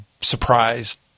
surprised